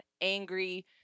angry